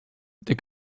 der